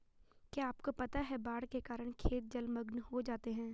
क्या आपको पता है बाढ़ के कारण खेत जलमग्न हो जाते हैं?